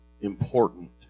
important